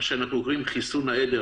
מה שקוראים לו "חיסון העדר",